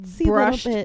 brushed